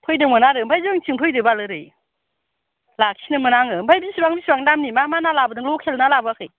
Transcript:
फैदोंमोन आरो ओमफाय जोंनि थिं फैदो बाल ओरै लाखिनो मोन आङो ओमफाय बेसिबां बेसिबां दामनि मा मा ना लाबोदों लकेल ना लाबोयाखै